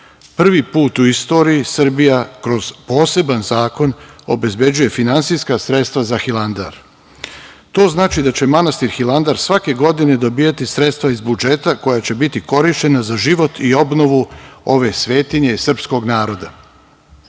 put u istoriji Srbija kroz poseban zakon obezbeđuje finansijska sredstva za Hilandar. To znači da će manastir Hilandar svake godine dobijati sredstva iz budžeta koja će biti korišćena za život i obnovu ove svetinje srpskog naroda. Kada